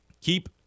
Keep